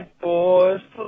boys